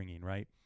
right